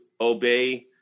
obey